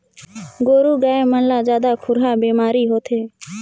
गोरु गाय मन ला जादा खुरहा बेमारी होथे